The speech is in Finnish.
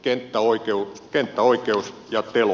kenttäoikeus ja teloitus